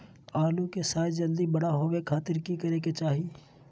आलू के साइज जल्दी बड़ा होबे खातिर की करे के चाही?